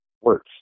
works